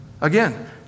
Again